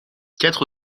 quatre